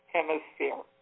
Hemisphere